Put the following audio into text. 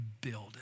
build